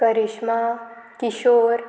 Karishma Kishore